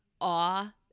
awe